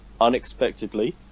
unexpectedly